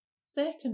second